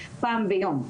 פעם ביום.